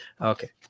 Okay